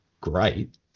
great